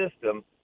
system